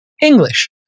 English